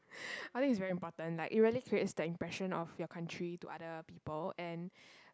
I think it's very important like it really creates the impression of your country to other people and